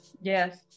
Yes